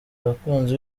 abakunzi